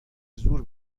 زور